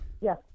Yes